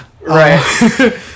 Right